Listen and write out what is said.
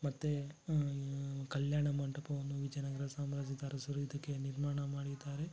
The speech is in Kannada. ಮತ್ತೆ ಕಲ್ಯಾಣ ಮಂಟಪವನ್ನು ವಿಜಯನಗರ ಸಾಮ್ರಾಜ್ಯದ ಅರಸರು ಇದಕ್ಕೆ ನಿರ್ಮಾಣ ಮಾಡಿದ್ದಾರೆ